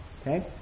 Okay